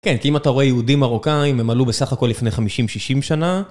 כן, כי אם אתה רואה יהודים מרוקאים, הם עלו בסך הכל לפני 50-60 שנה.